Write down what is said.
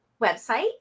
website